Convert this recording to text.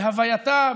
בהווייתה,